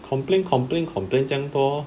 complain complain complain jiang 多